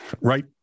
Right